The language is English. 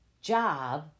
job